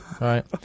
right